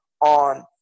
on